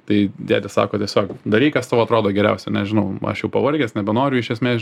tai dėdė sako tiesiog daryk kas tau atrodo geriausia nežinau aš jau pavargęs nebenoriu iš esmės